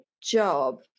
job